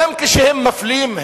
גם כשהם מפלים,